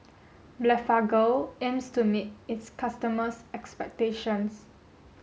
Blephagel aims to meet its customers' expectations